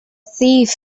thief